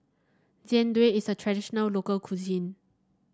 Jian Dui is a traditional local cuisine